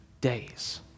days